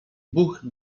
buch